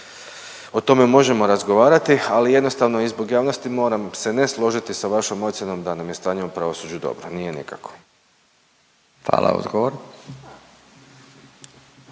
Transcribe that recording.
o tome možemo razgovarati, ali jednostavno i zbog javnosti moram se ne složiti sa vašom ocjenom da nam je stanje u pravosuđu dobro. Nije nikako. **Radin,